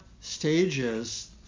stages